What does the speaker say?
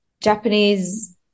Japanese